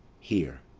here,